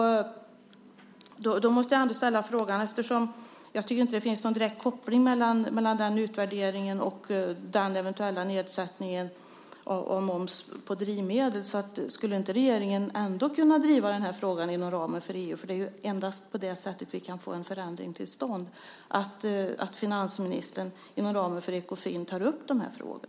Jag måste ändå ställa frågan. Jag tycker inte att det finns någon direkt koppling mellan den utvärderingen och den eventuella nedsättningen av moms på drivmedel. Skulle inte regeringen ändå kunna driva den här frågan inom ramen för EU? För det är endast på det sättet som vi kan få en förändring till stånd, att finansministern inom ramen för Ekofin tar upp de här frågorna.